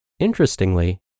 interestingly